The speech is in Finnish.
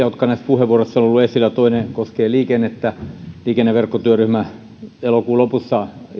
jotka näissä puheenvuoroissa ovat olleet esillä toinen koskee liikennettä liikenneverkkotyöryhmä jätti elokuun lopussa